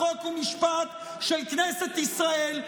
חוק ומשפט של כנסת ישראל,